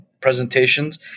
presentations